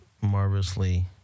marvelously